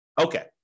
Okay